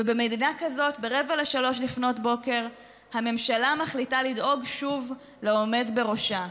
במדינה כזאת ב-02:45 הממשלה מחליטה לדאוג שוב לעומד בראשה,